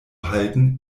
halten